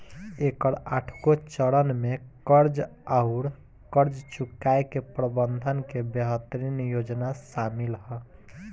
एकर आठगो चरन में कर्ज आउर कर्ज चुकाए के प्रबंधन के बेहतरीन योजना सामिल ह